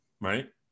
right